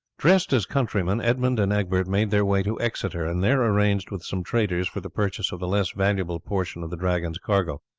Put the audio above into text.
dressed as countrymen, edmund and egbert made their way to exeter, and there arranged with some traders for the purchase of the less valuable portion of the dragons cargo.